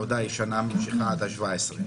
התעודה היא שנה ממשיכה עד ה-17,